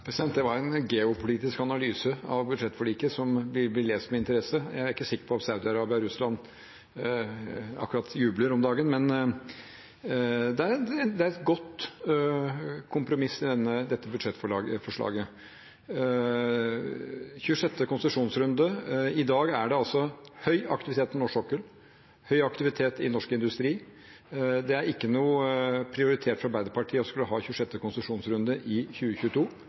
Det var en geopolitisk analyse av budsjettforliket som vil bli lest med interesse. Jeg er ikke sikker på at Saudi-Arabia og Russland akkurat jubler om dagen, men dette budsjettforslaget er et godt kompromiss, bl.a. om 26. konsesjonsrunde. I dag er det høy aktivitet på norsk sokkel, høy aktivitet i norsk industri. Det er ikke noen prioritet for Arbeiderpartiet å ha 26. konsesjonsrunde i 2022.